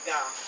God